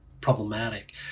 problematic